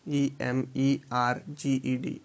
emerged